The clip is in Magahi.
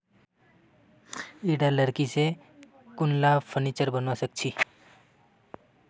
ईटा लकड़ी स कुनला फर्नीचर बनवा सख छ